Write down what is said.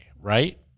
right